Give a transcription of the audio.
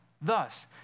Thus